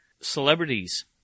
celebrities